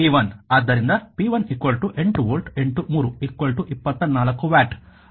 ಆದ್ದರಿಂದ p1 8 volt 3 24 watt